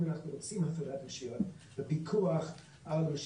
אם אנחנו רוצים הפרדת רשויות ופיקוח על הרשות